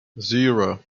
zero